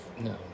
No